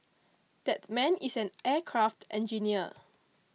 that man is an aircraft engineer